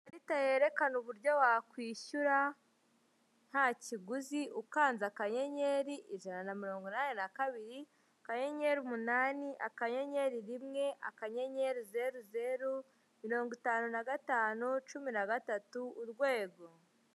Ikarita yerekana uburyo wakwishyura, nta kiguzi ukanze akanyenyeri, ijana na mirongo inani na kabiri, akanyenyeri, umunani, akanyeyenyeri, rimwe, akanyenyeri, zeru, zeru, mirongo itanu na gatanu, cumi na gatatu, urwego.